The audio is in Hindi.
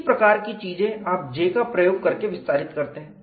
इसी प्रकार की चीजें आप J का प्रयोग करके विस्तारित करते हैं